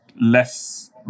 less